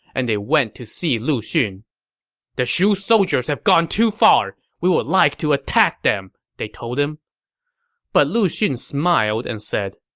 and they went to see lu xun the shu soldiers have gone too far! we would like to go attack them! they told him but lu xun smiled and said,